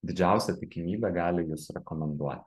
didžiausia tikimybė gali jus rekomenduo